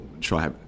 try